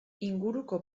inguruko